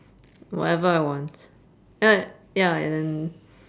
whatever I want uh ya and